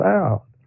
out